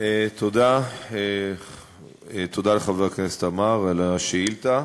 תודה לחבר הכנסת עמאר על השאילתה.